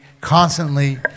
constantly